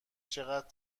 چقدر